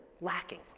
lacking